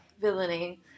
villainy